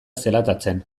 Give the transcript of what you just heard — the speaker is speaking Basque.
zelatatzen